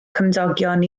cymdogion